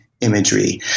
imagery